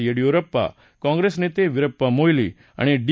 Yediyurappa Congress नेते विरप्पा मोईली आणि D